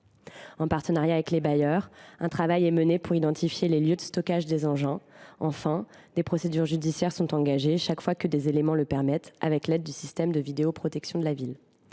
En partenariat avec les bailleurs, un travail est également mené pour identifier les lieux de stockage des engins. Enfin, des procédures judiciaires sont engagées, chaque fois que des éléments le permettent, avec l’aide du système de vidéoprotection de la ville.